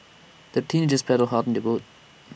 the teenagers paddled hard on their boat